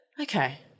Okay